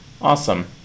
Awesome